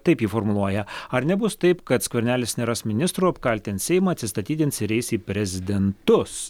taip jį formuluoja ar nebus taip kad skvernelis neras ministro apkaltins seimą atsistatydins ir eis į prezidentus